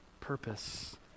purpose